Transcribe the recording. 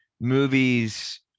movies